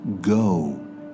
Go